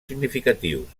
significatius